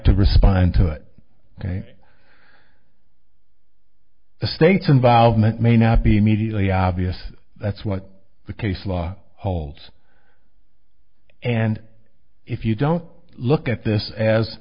to respond to it the state's involvement may not be immediately obvious that's what the case law holds and if you don't look at this as